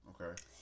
Okay